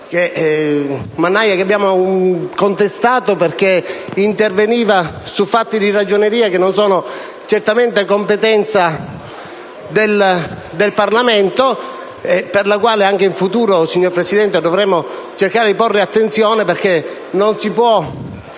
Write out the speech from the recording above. che abbiamo contestato perché interveniva su fatti di ragioneria che non sono certamente di competenza del Parlamento. Al riguardo, anche in futuro, signor Presidente, dovremo cercare di porre attenzione, perché non si può